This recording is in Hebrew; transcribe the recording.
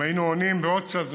אם היינו עונים בעוד קצת זמן,